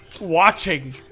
watching